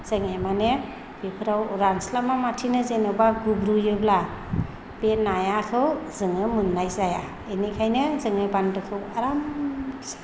जोङो माने बेफोराव रानस्लाबालासिनो जेनेबा गुब्रुयोब्ला बे नाखौ जोङो मोननाय जाया बेनिखायनो जोङो बान्दोखौ आरामसे